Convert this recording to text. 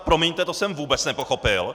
Promiňte, to jsem vůbec nepochopil.